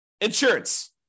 insurance